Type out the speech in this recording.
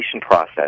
process